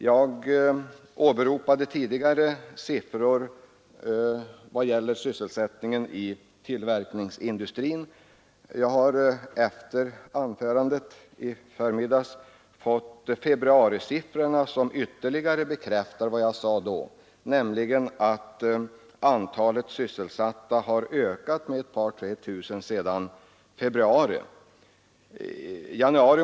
Jag åberopade tidigare siffror avseende sysselsättningen inom tillverkningsindustrin, Jag har efter mitt anförande i förmiddags fått uppgift om februarisiffrorna, som ytterligare bekräftar vad jag sade då. Antalet sysselsatta har ökat med ett par tre tusen personer.